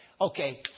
okay